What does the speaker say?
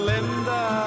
Linda